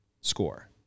score